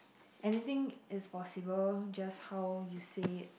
anything is possible just how you say it